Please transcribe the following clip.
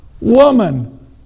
woman